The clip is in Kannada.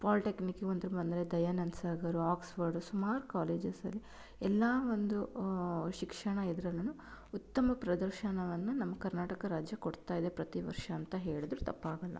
ಪಾಲ್ಟೆಕ್ನಿಕಿಗೂ ಅಂತ ಬಂದರೆ ದಯಾನಂದ ಸಾಗರ ಆಕ್ಸ್ಫರ್ಡು ಸುಮಾರು ಕಾಲೇಜಸಲ್ಲಿ ಎಲ್ಲ ಒಂದು ಶಿಕ್ಷಣ ಇದ್ರಲ್ಲು ಉತ್ತಮ ಪ್ರದರ್ಶನವನ್ನು ನಮ್ಮ ಕರ್ನಾಟಕ ರಾಜ್ಯ ಕೊಡ್ತಾ ಇದೆ ಪ್ರತಿ ವರ್ಷ ಅಂತ ಹೇಳಿದ್ರೂ ತಪ್ಪಾಗೋಲ್ಲ